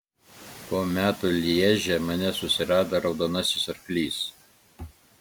po metų lježe mane susirado raudonasis arklys